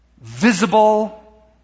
visible